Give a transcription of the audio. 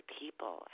people